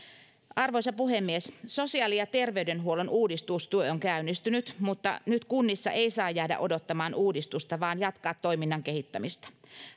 arvoisa puhemies sosiaali ja terveydenhuollon uudistustyö on käynnistynyt mutta nyt kunnissa ei saa jäädä odottamaan uudistusta vaan täytyy jatkaa toiminnan kehittämistä